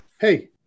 hey